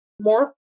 more